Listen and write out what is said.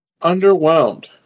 underwhelmed